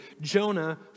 Jonah